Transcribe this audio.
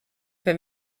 wenn